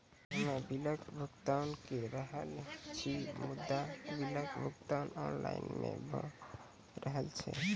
हम्मे बिलक भुगतान के रहल छी मुदा, बिलक भुगतान ऑनलाइन नै भऽ रहल छै?